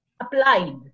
applied